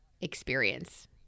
experience